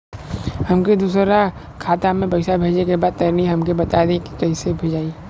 हमके दूसरा खाता में पैसा भेजे के बा तनि हमके बता देती की कइसे भेजाई?